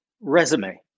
resume